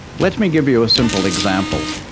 let me give you a simple example.